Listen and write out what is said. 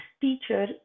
teacher